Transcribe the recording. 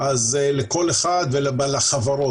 אז לכל אחד ולחברות.